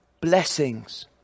blessings